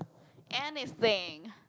anything